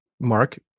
Mark